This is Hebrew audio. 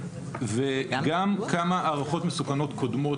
וגם כמה הערכות מסוכנות קודמות,